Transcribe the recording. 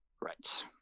Right